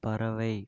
பறவை